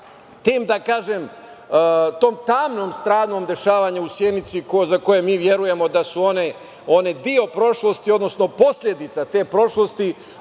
tim da kažem, tom tamnom stranom dešavanja u Sjenici, za šta verujemo da su deo prošlosti, odnosno posledica te prošlosti. Ali,